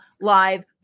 live